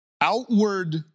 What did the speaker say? outward